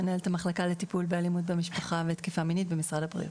מנהלת המחלקה לטיפול באלימות במשפחה ותקיפה מינית במשרד הבריאות.